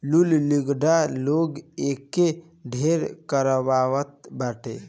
लूल, लंगड़ लोग एके ढेर करवावत बाटे